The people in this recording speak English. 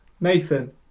Nathan